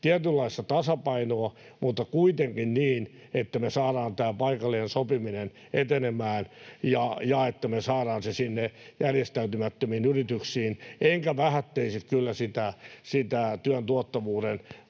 tietynlaista tasapainoa, mutta kuitenkin niin, että me saadaan tämä paikallinen sopiminen etenemään, ja niin, että me saadaan se sinne järjestäytymättömiin yrityksiin. Enkä kyllä vähättelisi sitä työn tuottavuuden kasvua